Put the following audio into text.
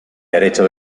derecho